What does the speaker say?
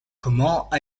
comment